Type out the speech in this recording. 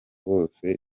bose